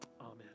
Amen